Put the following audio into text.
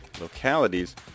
localities